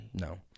No